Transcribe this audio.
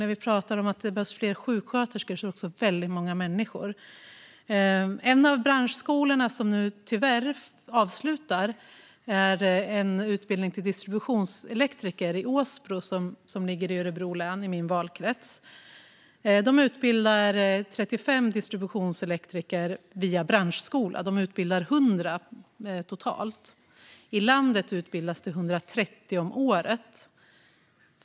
När vi pratar om att det behövs fler sjuksköterskor är det också väldigt många människor. En av branschskolorna som nu tyvärr avslutas är en utbildning till distributionselektriker i Åsbro i Örebro län, i min valkrets. De utbildar 35 distributionselektriker via branschskola och 100 totalt. I landet utbildas det 130 om året.